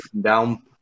down